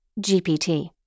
GPT